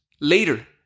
later